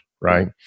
Right